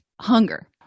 hunger